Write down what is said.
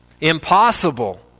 Impossible